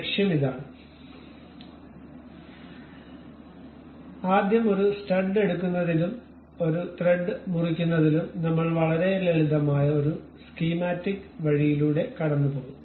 അതിനാൽ ആദ്യം ഒരു സ്റ്റഡ് എടുക്കുന്നതിലും ഒരു ത്രെഡ് മുറിക്കുന്നതിലും നമ്മൾ വളരെ ലളിതമായ ഒരു സ്കീമാറ്റിക് വഴിയിലൂടെ കടന്നുപോകും